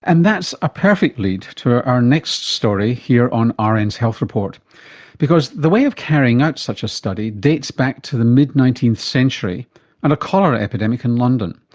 and that's a perfect lead to our next story here on rn's health report because the way of carrying out such a study dates back to the mid nineteenth century and a cholera epidemic in london,